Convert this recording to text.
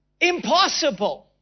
impossible